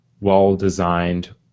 well-designed